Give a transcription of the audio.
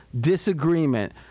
disagreement